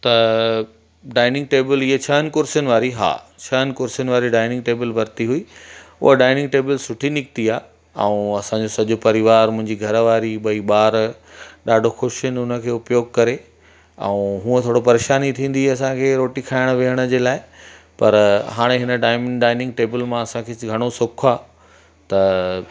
त dining table इहा छहनि कुर्सियुनि वारी हा छहनि कुर्सियुनि वारी डाइनिंग टेबल वरिती हुई उहा डाइनिंग टेबल सुठी निकिती आहे ऐं असांजो सॼो परिवारु मुंहिंजी घर वारी ॿई ॿार ॾाढो ख़ुशि आहिनि उनखे उपयोग करे ऐं हूअं थोरो परेशानी थींदी हुई असांखे रोटी खाइण विहण जे लाइ पर हाणे हिन डाइनिंग डाइनिंग टेबल मां असांखे घणो सुखु आहे त